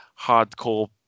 hardcore